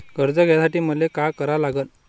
कर्ज घ्यासाठी मले का करा लागन?